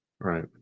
Right